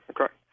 Okay